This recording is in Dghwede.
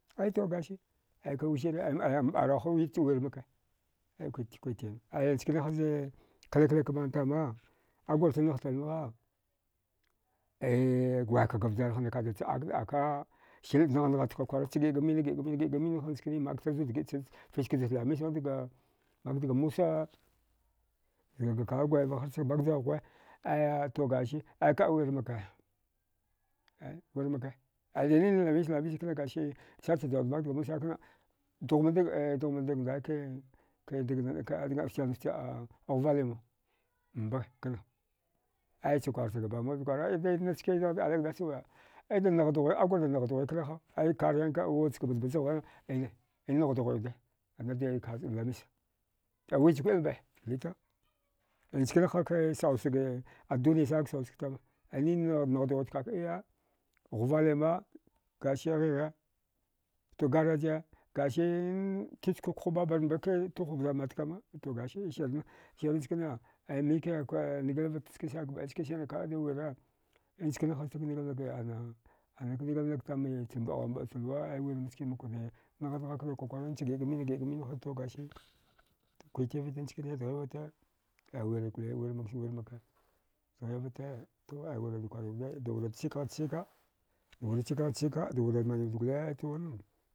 Aito gasi aika wisire a. a mbarauha kawir maka kwitin aya njkini hazii kliklak mantama agwarcha naghtar ngha ay wakaga vjarhanacha ikwa akda aka cha nghanghat kwakwara giga mine gigha minha makchazud fich kjach lamisa makdga musa zgaga kalakw gwaiva harchik mak jaughwe aya to gasi akaɗwir maka ae wirmaka ninlamis lamisa kna gasi sancha jauwud makdga musa sana kna dughmadag ndaya kan ke fchilna fchkil ghuvalima mba kna aya chakwar chga ba musa kwakwara aya inas skeda ali gdasawe ida naghda ghwe aguda naghda ghwe kai ha e karyanka wuchka batbata zaghvana ia innaghda ghwi wudainade lamisa wucha kuɗilba nchkane hake sausaghe aduniya sana sausag tama ainina naghda ghwewud kak iya ghuvalima gasi ghigha to garaje titkwa ska khu babarba tuhu vjar matkama to gasi sirna aya nika ngilvata njkinisane gabɗai chkinsane kada wire e njkini hasgake ngilnaga ana anak ngilnatamai chambagal mbɗachalwa aywirski makwude nghanghakada kwakwara cha giɗga mina ghiɗga minha to gasi kwiti vata nchkine dghivata aiwirgoli wirmaka to aya wurada warwi wuda dawura chikghachkika, dawura chighachika dawura minwiwuda gole to wannan